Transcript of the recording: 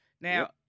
Now